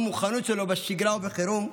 המוכנות שלו בשגרה ובחירום,